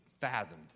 fathomed